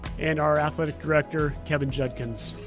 and our athletic director, kevin judkins.